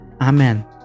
Amen